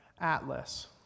Atlas